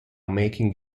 making